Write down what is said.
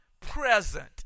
present